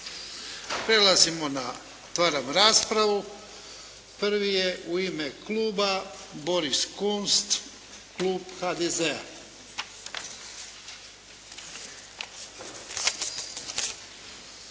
Ne. Dobro. Otvaram raspravu. Prvi je u ime kluba Boris Kunst, klub HDZ-a.